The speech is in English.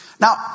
now